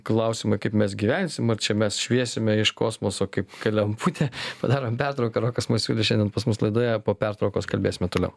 klausimai kaip mes gyvensim ar čia mes šviesime iš kosmoso kaip lemputė padarom pertrauką rokas masiulis šiandien pas mus laidoje po pertraukos kalbėsime toliau